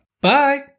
Bye